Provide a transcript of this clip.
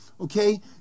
okay